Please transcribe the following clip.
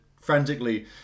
frantically